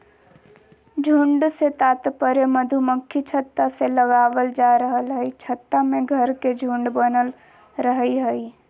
झुंड से तात्पर्य मधुमक्खी छत्ता से लगावल जा रहल हई छत्ता में घर के झुंड बनल रहई हई